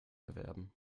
erwerben